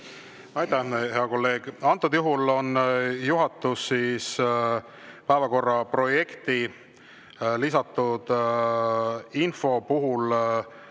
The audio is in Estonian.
Aitäh, hea kolleeg! Antud juhul on juhatus päevakorra projekti lisatud info puhul